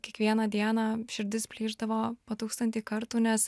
kiekvieną dieną širdis plyšdavo po tūkstantį kartų nes